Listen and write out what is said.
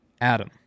Adam